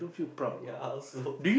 ya I also